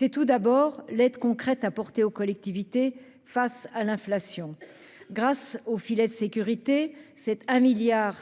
volet est l'aide concrète apportée aux collectivités face à l'inflation. Grâce au filet de sécurité, 1,5 milliard